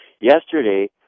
Yesterday